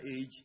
age